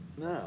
No